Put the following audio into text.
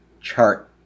chart